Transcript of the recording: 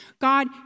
God